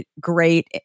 great